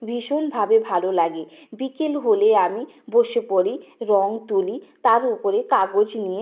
ভীষণভাবে ভালো লাগে বিকেল হলে আমি বসে পড়ি রঙ তুলি তার ওপরে কাগজ নিয়ে